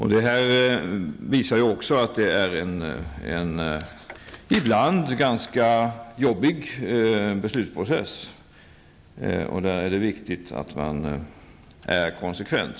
Härav framgår också att det ibland kan vara en ganska jobbig beslutsprocess, och där är det viktigt att man är konsekvent.